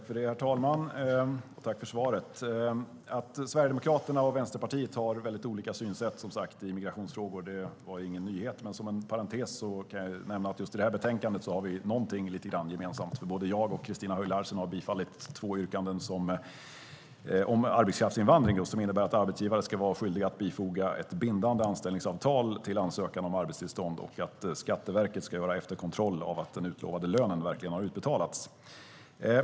Herr talman! Tack för svaret! Att Sverigedemokraterna och Vänsterpartiet har väldigt olika synsätt i migrationsfrågor är ingen nyhet. Men som en parentes kan jag nämna att just i det här betänkandet har vi någonting lite grann gemensamt. Både jag och Christina Höj Larsen har nämligen bifallit två yrkanden om arbetskraftsinvandring som innebär att arbetsgivare ska vara skyldiga att bifoga ett bindande anställningsavtal till ansökan om arbetstillstånd och att Skatteverket ska göra efterkontroll av att den utlovade lönen verkligen har utbetalats.